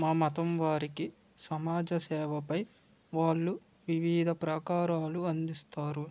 మా మతం వారికి సమాజ సేవపై వాళ్ళు వివిధ ప్రాకారాలు అందిస్తారు